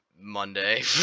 monday